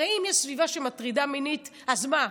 הרי אם יש סביבה שמטרידה מינית אז מה,